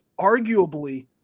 arguably